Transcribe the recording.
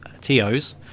TOs